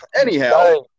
anyhow